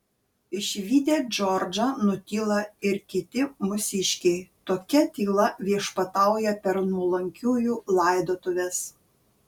išvydę džordžą nutyla ir kiti mūsiškiai tokia tyla viešpatauja per nuolankiųjų laidotuves